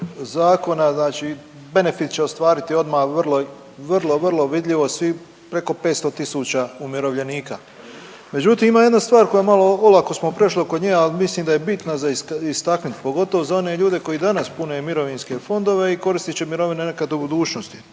zakona znači benefit će ostvariti odmah vrlo, vrlo, vrlo vidljivo svi preko 500.000 umirovljenika. Međutim, ima jedna stvar koja malo, olako smo prešli oko nje, a mislim da je bitna za istaknuti pogotovo za one ljude koji danas pune mirovinske fondove i koristit će mirovine nekad u budućnosti.